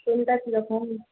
কোনটা কিরকম